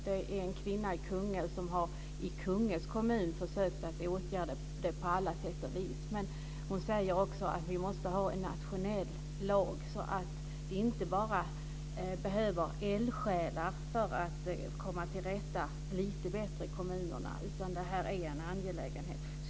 Det är bl.a. en kvinna i Kungälv som i Kungälvs kommun har försökt åtgärda detta på alla sätt och vis. Hon säger också att vi måste ha en nationell lag så att det inte bara behövs eldsjälar för att komma till rätta med det här lite bättre i kommunerna. Det är angeläget.